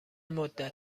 مدت